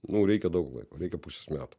mum reikia daug laiko reikia pusės metų